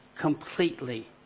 completely